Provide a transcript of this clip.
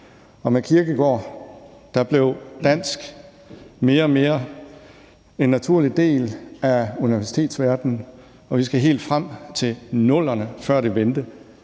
Og med Kierkegaard blev dansk mere og mere en naturlig del af universitetsverdenen, og vi skal helt frem til 00'erne, før det vendte,